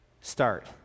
Start